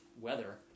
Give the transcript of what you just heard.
weather